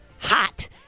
hot